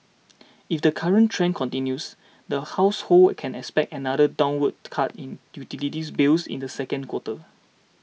if the current trend continues the households can expect another downward to cut in utilities bills in the second quarter